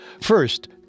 First